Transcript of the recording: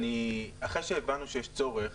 אחרי שהבנו שיש צורך